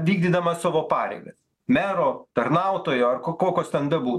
vykdydamas savo pareigas mero tarnautojo ar ko kokios ten bebū